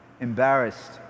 embarrassed